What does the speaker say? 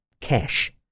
cash